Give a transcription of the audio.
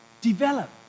develop